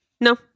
No